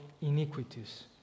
iniquities